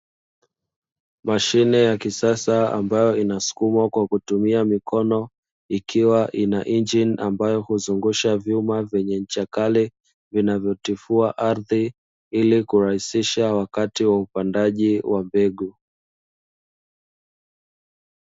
Mashine ya kisasa ambayo inasukumwa kwa kutumia mikono, ikiwa ina injini ambayo huzungusha vyuma vyenye ncha kali, vinavyotifua ardhi ili kurahisisha wakati wa upandaji wa mbegu.